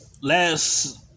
Last